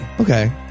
okay